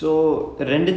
okay ya